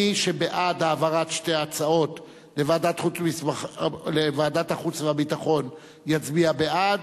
מי שבעד העברת שתי ההצעות לוועדת החוץ והביטחון יצביע בעד,